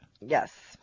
Yes